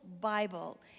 Bible